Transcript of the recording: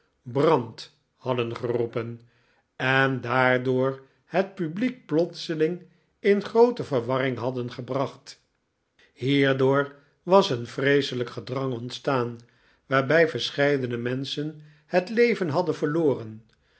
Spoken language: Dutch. brand hadden geroepen en daardoor het publiek plotseling in groote verwarring hadden gebracht hierdoor was een vreeselijk gedrang ontstaan waarbij verscheidene menschen het leven hadden verloren